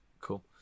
cool